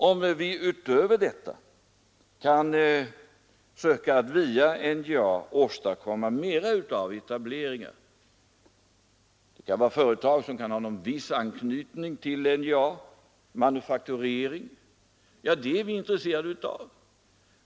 Om det härutöver skulle vara möjligt att via NJA åstadkomma mera av etableringar — det kan gälla företag med viss anknytning till NJA t.ex. manufakturföretag — är vi även intresserade av detta.